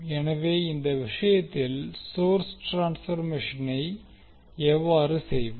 எனவே இந்த விஷயத்தில் சோர்ஸ் ட்ரான்ஸ்பர்மேஷனை எவ்வாறு செய்வோம்